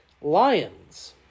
Lions